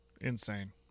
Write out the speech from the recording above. Insane